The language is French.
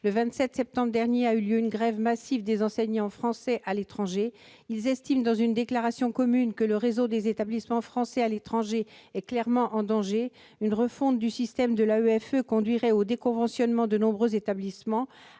Le 27 septembre dernier a eu lieu une grève massive des enseignants français à l'étranger. Ils estiment, dans une déclaration commune, que le réseau des établissements français à l'étranger est clairement en danger. Une refonte du système de l'AEFE conduirait au déconventionnement de nombreux établissements,